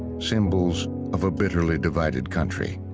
symbols of a bitterly divided country.